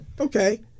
okay